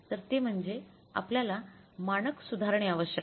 तर ते म्हणजे आपल्याला मानक सुधारणे आवश्यक आहे